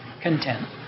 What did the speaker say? content